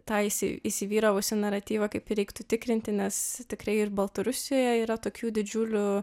tą įsi įsivyravusią naratyvą kaip ir reiktų tikrinti nes tikrai ir baltarusijoje yra tokių didžiulių